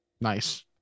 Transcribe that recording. Nice